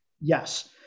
Yes